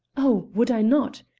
oh! would i not?